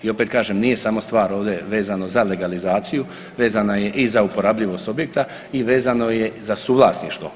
I opet kažem nije samo stvar ovdje vezano za legalizaciju, vezana je i za uporabljivost objekta i vezano je za suvlasništvo.